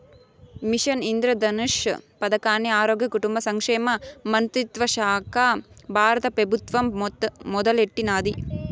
machine Indradhanush పదకాన్ని ఆరోగ్య, కుటుంబ సంక్షేమ మంత్రిత్వశాక బారత పెబుత్వం మొదలెట్టినాది